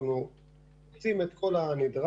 אנחנו עושים את כל הנדרש,